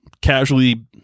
casually